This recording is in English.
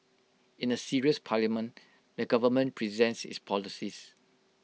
in A serious parliament the government presents its policies